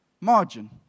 margin